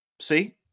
See